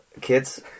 kids